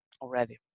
already